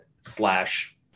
slash